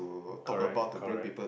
correct correct